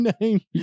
name